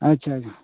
ᱟᱪᱪᱷᱟ